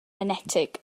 enetig